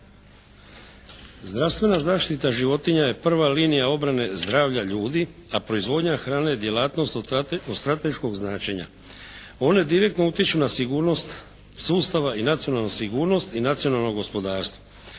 Zdravstvena zaštita životinja je prva linija obrane zdravlja ljudi a proizvodnja hrane je djelatnost od strateškog značenja. One direktno utiču na sigurnost sustava i nacionalnu sigurnost i nacionalno gospodarstvo.